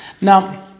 Now